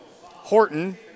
Horton